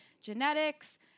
genetics